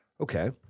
Okay